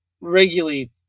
regularly